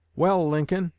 well, lincoln,